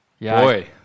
Boy